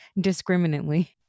discriminately